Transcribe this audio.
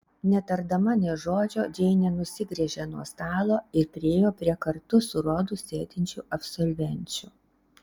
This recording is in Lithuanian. netardama nė žodžio džeinė nusigręžė nuo stalo ir priėjo prie kartu su rodu sėdinčių absolvenčių